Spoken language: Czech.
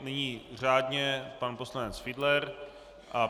Nyní řádně pan poslanec Fiedler.